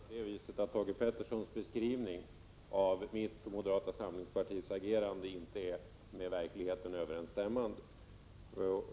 Herr talman! Nu råkar det vara på det sättet att Thage G Petersons beskrivning av mitt och moderata samlingspartiets agerande inte är med verkligheten överensstämmande.